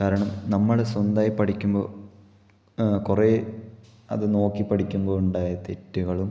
കാരണം നമ്മള് സ്വന്തമായി പഠിക്കുമ്പോൾ കുറെ അതുനോക്കി പഠിക്കുമ്പോൾ ഉണ്ടായ തെറ്റുകളും